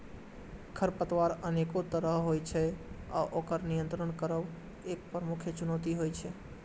खरपतवार अनेक तरहक होइ छै आ ओकर नियंत्रित करब एक प्रमुख चुनौती होइ छै